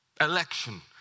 election